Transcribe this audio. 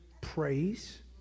praise